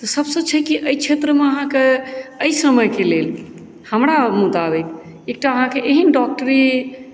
तऽ सबसँ छै कि एहि क्षेत्र मे आहाँकेॅं एहि समयके लेल हमरा मुताबिक एकटा आहाँकेॅं एहन डॉक्टरी